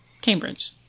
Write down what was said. Cambridge